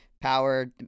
power